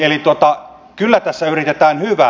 eli kyllä tässä yritetään hyvää